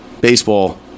baseball